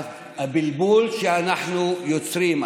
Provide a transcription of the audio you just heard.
הבלבול שאנחנו יוצרים,